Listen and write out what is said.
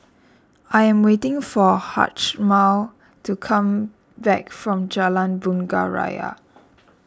I am waiting for Hjalmar to come back from Jalan Bunga Raya